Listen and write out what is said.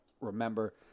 remember